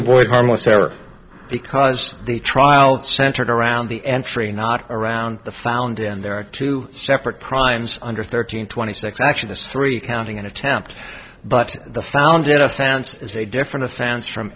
avoid harmless error because the trial centered around the entry not around the found and there are two separate crimes under thirteen twenty six actually this is three counting an attempt but the founded offense is a different offense from